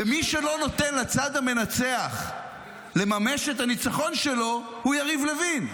ומי שלא נותן לצד המנצח לממש את הניצחון שלו הוא יריב לוין,